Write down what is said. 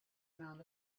amount